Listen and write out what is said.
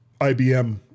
IBM